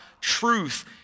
truth